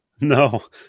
No